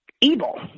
evil